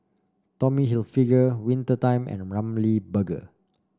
Tommy Hilfiger Winter Time and Ramly Burger